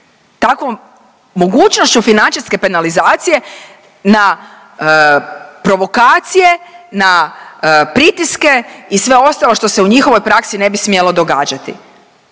takvom mogućnošću financijske penalizacije na provokacije, na pritiske i sve ostalo što se u njihovoj praksi ne bi smjelo događati